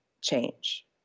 change